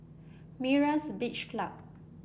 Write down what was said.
Myra's Beach Club